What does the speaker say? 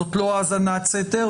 זאת לא האזנת סתר,